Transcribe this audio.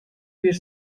bir